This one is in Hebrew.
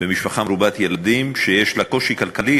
במשפחה מרובת ילדים שיש לה קושי כלכלי,